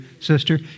sister